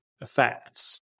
effects